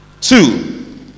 two